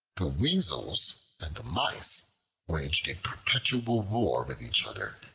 the weasels and the mice waged a perpetual war with each other,